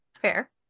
Fair